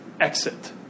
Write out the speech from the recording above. exit